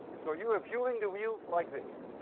so you are viewing the wheels like this.